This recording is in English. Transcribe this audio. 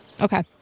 Okay